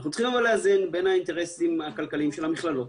אבל אנחנו צריכים לאזן בין האינטרסים הכלכליים של המכללות,